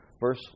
verse